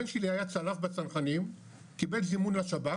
הבן שלי היה צלף בצנחנים קיבל זימון לשב"כ